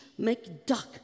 McDuck